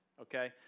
okay